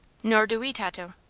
nor do we, tato.